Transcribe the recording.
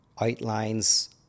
outlines